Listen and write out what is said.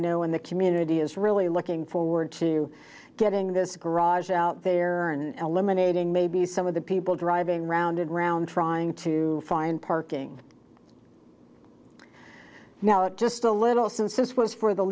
know in the community is really looking forward to getting this garage out there and eliminating maybe some of the people driving round and round trying to find parking now it just a little since this was for the